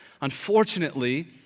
Unfortunately